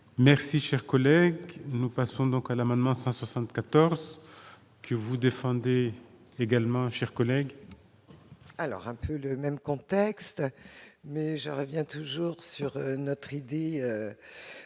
Merci, cher collègue, nous passons donc à l'amendement 174 que vous défendez également chers collègues. Alors un peu le même contexte, mais j'en reviens toujours sur notre idée